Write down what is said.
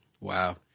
Wow